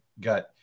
got